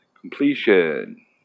Completion